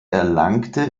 erlangte